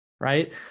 right